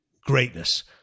greatness